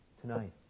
tonight